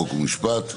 חוק ומשפט.